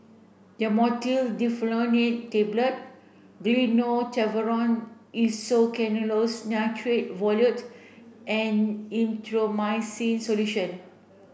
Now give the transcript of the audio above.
Dhamotil Diphenoxylate Tablets Gyno Travogen Isoconazoles Nitrate Ovule and Erythroymycin Solution